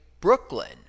Brooklyn